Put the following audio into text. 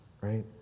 Right